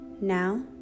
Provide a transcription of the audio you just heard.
now